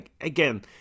Again